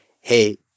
Hey